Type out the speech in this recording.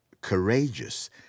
courageous